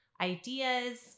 ideas